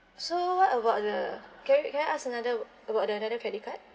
so what about the can you can I ask another about another credit card